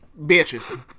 bitches